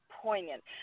poignant